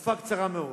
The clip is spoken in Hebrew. תקופה קצרה מאוד,